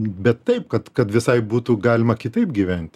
bet taip kad kad visai būtų galima kitaip gyventi